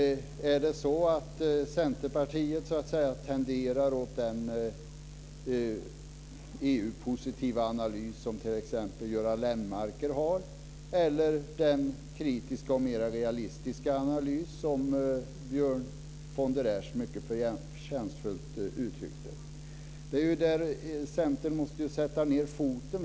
Tenderar Centerpartiet att hålla med om den EU-positiva analys som t.ex. Göran Lennmarker gör eller om den kritiska och mer realistiska analys som Björn von der Esch mycket förtjänstfullt uttryckte? Centern måste sätta ned foten!